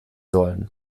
sollen